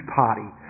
party